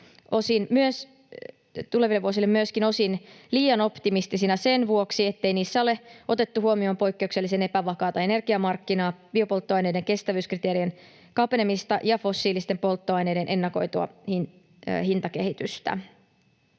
tuleville vuosille on pidetty myöskin osin liian optimistisina sen vuoksi, ettei niissä ole otettu huomioon poikkeuksellisen epävakaata energiamarkkinaa, biopolttoaineiden kestävyyskriteerien kapenemista ja fossiilisten polttonesteiden ennakoitua hintakehitystä.